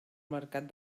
mercat